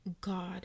God